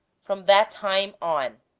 from that time on.